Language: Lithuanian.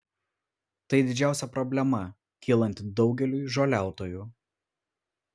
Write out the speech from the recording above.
tai didžiausia problema kylanti daugeliui žoliautojų